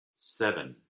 seven